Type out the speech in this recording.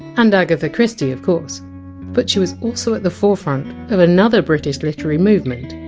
and agatha christie of course but she was also at the forefront of another british literary movement,